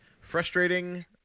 Frustrating